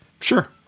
Sure